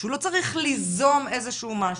שהוא לא צריך ליזום איזה שהוא משהו,